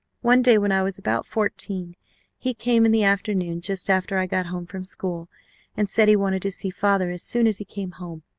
one day when i was about fourteen he came in the afternoon just after i got home from school and said he wanted to see father as soon as he came home.